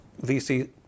VC